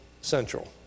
central